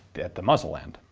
at the muzzle end.